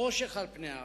חושך על פני הארץ.